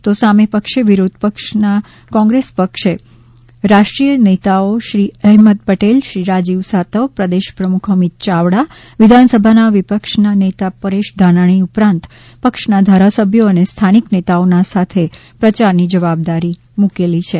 તો સામે પક્ષે વિરોધપક્ષ કોંગ્રેસે પક્ષના રાષ્ટ્રીય નેતાઓ શ્રી અહેમદ પટેલ શ્રી રાજીવ સાતવ પ્રદેશપ્રમુખ અમિત ચાવડા વિધાનસભાના વિપક્ષીનેતા પરેશ ધાનાણી ઉપરાંત પક્ષના ધારાસભ્યો અને સ્થાનિક નેતાઓના સાથે પ્રચારની જવાબદારી મૂકી છે